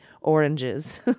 oranges